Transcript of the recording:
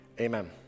amen